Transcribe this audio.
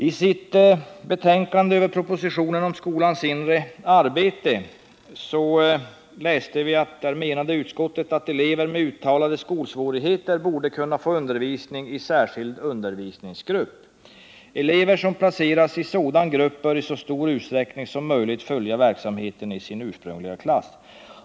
I utbildningsutskottets betänkande med anledning av propositionen om skolans inre arbete menar utskottet att elever med uttalade skolsvårigheter borde kunna få undervisning i särskild undervisningsgrupp. Elever som placeras i sådan grupp bör i så stor utsträckning som möjligt följa verksamheten i sin ursprungliga klass.